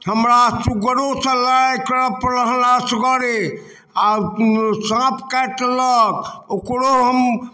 हमरा सूगरो सँ लड़ाइ करअ परल असगरे आ साँप काटि लेलक ओकरो हम